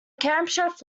camshaft